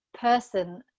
person